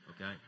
Okay